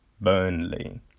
Burnley